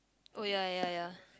oh ya ya ya